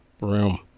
room